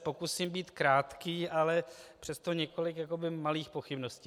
Pokusím se být krátký, ale přesto několik malých pochybností.